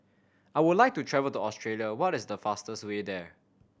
I would like to travel to Australia what is the fastest way there